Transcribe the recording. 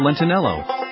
Lentinello